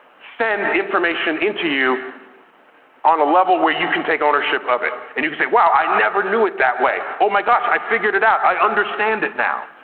send information into you on a level where you can take ownership of it. and you can say, wow, i never knew it that way. oh my gosh, i figured it out. i understand it now.